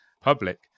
public